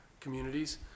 communities